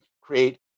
create